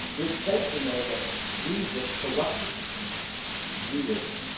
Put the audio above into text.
it states in there that jesus corrupted judaism,